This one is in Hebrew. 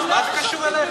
מה זה קשור אליך?